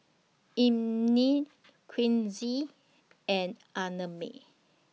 Imani Quincy and Annamae